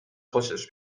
خوشش